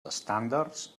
estàndards